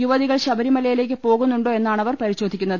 യുവതികൾ ശബരിമലയിലേക്ക് പോകുന്നുണ്ടോ എന്നാ ണവർ പരിശോധിക്കുന്നത്